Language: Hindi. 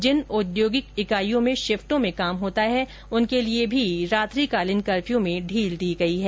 जिन औद्योगिक इकाइयों में शिफ्टों में काम होता है उनके लिए भी रात्रिकालीन कफ्र्यू में ढील दी गई है